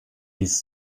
ist